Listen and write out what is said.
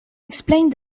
explained